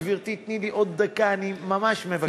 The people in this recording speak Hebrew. גברתי, תני לי עוד דקה, אני ממש מבקש.